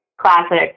classic